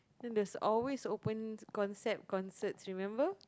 then there's always open concept concerts remember